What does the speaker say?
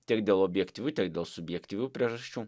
tiek dėl objektyvių tiek dėl subjektyvių priežasčių